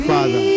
Father